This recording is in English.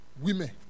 women